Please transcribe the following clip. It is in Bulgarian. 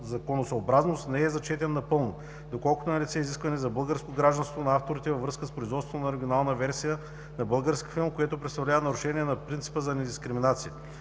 законосъобразност не е зачетен напълно, доколкото е налице изискване за българско гражданство на авторите във връзка с производството на оригинална версия на български филм, което представлява нарушение на принципа на недискриминация.